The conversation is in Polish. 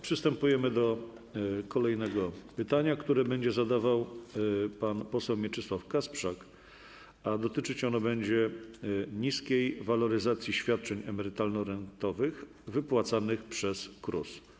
Przystępujemy do kolejnego pytania, które będzie zadawał pan poseł Mieczysław Kasprzak i które dotyczyć będzie niskiej waloryzacji świadczeń emerytalno-rentowych wypłacanych przez KRUS.